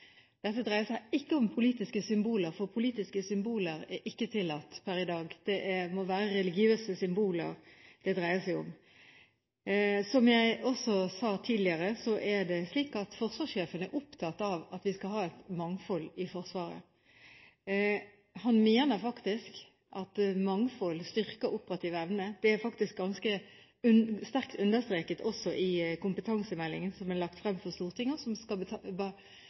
Dette dreier seg ikke om politiske symboler, for politiske symboler er ikke tillatt per i dag. Det må være religiøse symboler det dreier seg om. Som jeg også sa tidligere, er det slik at forsvarssjefen er opptatt av at vi skal ha et mangfold i Forsvaret. Han mener faktisk at et mangfold styrker operativ evne. Det er sterkt understreket også i kompetansemeldingen som er lagt fram for Stortinget, og som skal